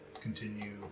continue